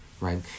right